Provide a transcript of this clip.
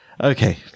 Okay